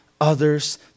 others